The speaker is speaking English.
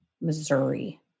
Missouri